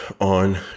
on